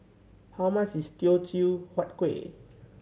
how much is Teochew Huat Kueh